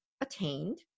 attained